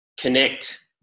connect